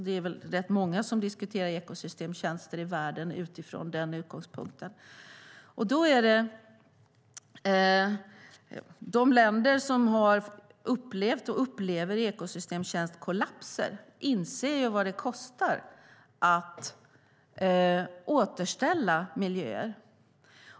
Det är rätt många som diskuterar ekosystemtjänster i världen med den utgångspunkten. De länder som har upplevt och upplever ekosystemtjänstkollapser inser vad det kostar att återställa miljöer.